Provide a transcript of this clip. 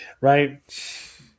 Right